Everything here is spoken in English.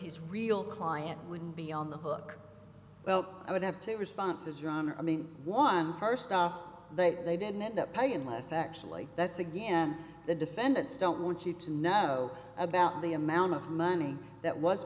his real client would be on the hook well i would have two responses i mean one first off they didn't end up paying less actually that's again the defendants don't want you to know about the amount of money that was